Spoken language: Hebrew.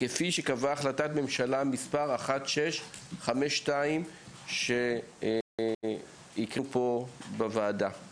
כפי שקבעה החלטת ממשלה 1652 שהקראנו פה בוועדה.